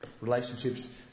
Relationships